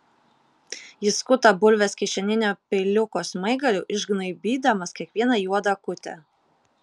jis skuta bulves kišeninio peiliuko smaigaliu išgnaibydamas kiekvieną juodą akutę